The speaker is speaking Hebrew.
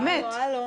די, די, באמת.